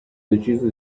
deciso